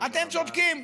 אתם צודקים,